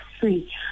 free